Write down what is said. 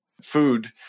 food